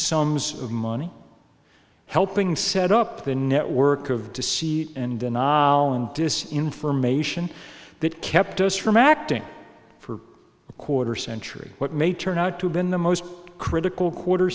sums of money helping set up the network of deceit and banal and dis information that kept us from acting for a quarter century what may turn out to been the most critical quarter